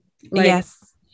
Yes